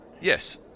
Yes